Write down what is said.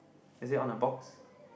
is it on a box